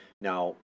Now